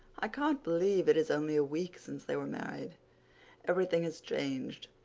i can't believe it is only a week since they were married everything has changed.